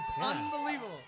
unbelievable